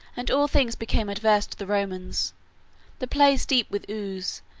and all things became adverse to the romans the place deep with ooze,